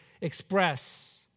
express